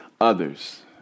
others